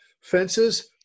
fences